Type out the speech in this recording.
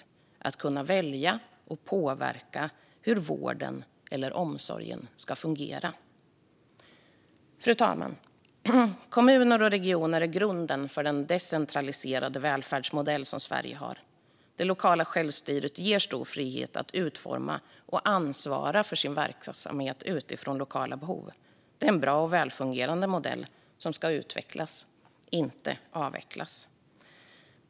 Det handlar om att kunna välja och påverka hur vården eller omsorgen ska fungera. Fru talman! Kommuner och regioner är grunden för den decentraliserade välfärdsmodell som Sverige har. Det lokala självstyret ger stor frihet att utforma och ansvara för sin verksamhet utifrån lokala behov. Det är en bra och välfungerande modell som ska utvecklas, inte avvecklas.